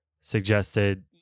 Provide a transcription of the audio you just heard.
suggested